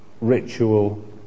ritual